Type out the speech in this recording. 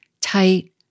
tight